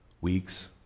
weeks